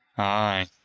Aye